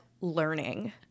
learning